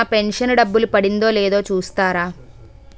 నా pension డబ్బులు పడిందో లేదో చూస్తారా?